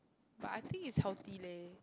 but I think it's healthy leh